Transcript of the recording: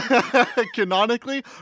Canonically